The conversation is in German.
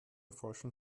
falschen